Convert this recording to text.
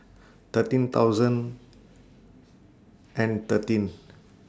thirteen thousand and thirteen